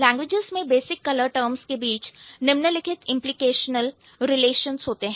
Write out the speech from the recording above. languages में basic colour terms के बीच निम्नलिखित इंप्लीकेशनल रिलेशंस होते है